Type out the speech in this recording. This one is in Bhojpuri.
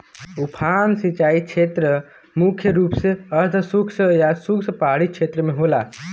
उफान सिंचाई छेत्र मुख्य रूप से अर्धशुष्क या शुष्क पहाड़ी छेत्र में होला